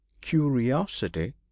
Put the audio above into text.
curiosity